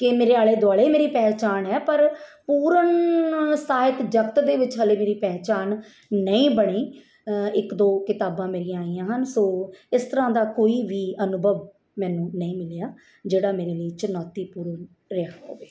ਕਿ ਮੇਰੇ ਆਲੇ ਦੁਆਲੇ ਮੇਰੀ ਪਹਿਚਾਣ ਆ ਪਰ ਪੂਰਨ ਸਾਹਿਤ ਜਗਤ ਦੇ ਵਿੱਚ ਹਾਲੇ ਮੇਰੀ ਪਹਿਚਾਣ ਨਹੀਂ ਬਣੀ ਇੱਕ ਦੋ ਕਿਤਾਬਾਂ ਮੇਰੀਆਂ ਆਈਆਂ ਹਨ ਸੋ ਇਸ ਤਰ੍ਹਾਂ ਦਾ ਕੋਈ ਵੀ ਅਨੁਭਵ ਮੈਨੂੰ ਨਹੀਂ ਮਿਲਿਆ ਜਿਹੜਾ ਮੇਰੇ ਲਈ ਚੁਣੌਤੀਪੂਰਨ ਰਿਹਾ ਹੋਵੇ